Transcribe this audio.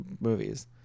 movies